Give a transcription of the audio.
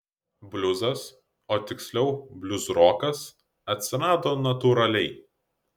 bliuzas o tiksliau bliuzrokas atsirado natūraliai